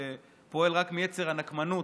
שפועל רק מיצר הנקמנות,